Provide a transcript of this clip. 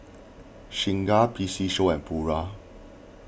Singha P C Show and Pura